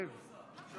אתה